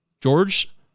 George